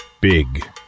Big